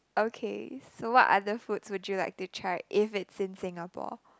okay so what other foods would you like to try if it's in Singapore